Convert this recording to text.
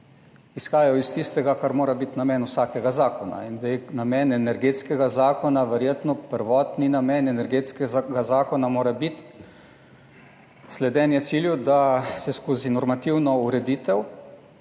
izhajal iz tistega, kar mora biti namen vsakega zakona. Namen energetskega zakona, verjetno prvotni namen energetskega zakona mora biti sledenje cilju, da se skozi normativno ureditev